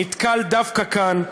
נתקל דווקא כאן,